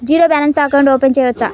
Zero balance తో account open చేయవచ్చు?